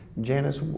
Janice